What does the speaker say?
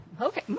Okay